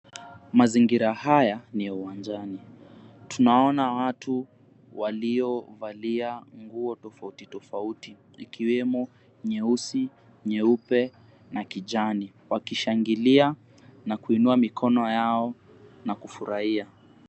Mazingira haya ni ya uwanjani. Tunaona watu waliovalia nguo tofauti tofauti ikiwemo nyeusi, nyeupe na kijani wakishangilia na kuinua mikono yao na kufurahia.